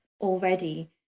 already